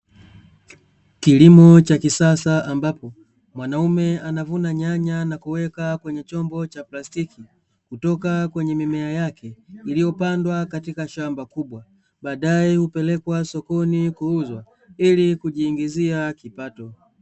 Kilimo cha kisasa ambapo, mwanamume anavuna nyanya na kuweka kwenye chombo cha plastiki, kutoka kwenye mimea yake iliyopandwa katika shamba kubwa, baadaye hupelekwa sokoni kuuzwa ili kujiingizia kipato.